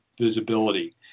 visibility